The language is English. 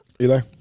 Eli